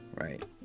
Right